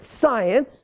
science